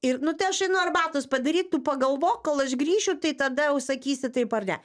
ir nu tai aš einu arbatos padaryt tu pagalvok kol aš grįšiu tai tada jau sakysi taip ar ne